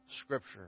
Scripture